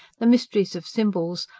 the mysteries of symbols,